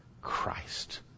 Christ